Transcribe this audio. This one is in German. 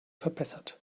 verbessert